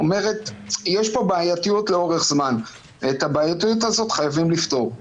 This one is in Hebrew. יש פה בעייתיות לאורך זמן, וחייבים לפתור אותה.